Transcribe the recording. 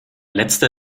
letzte